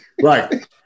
right